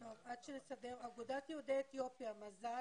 יזע ודמעות ומאז שהיא החלה